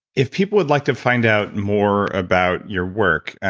if people would like to find out more about your work,